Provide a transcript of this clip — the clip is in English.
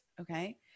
okay